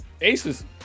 Aces